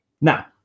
Now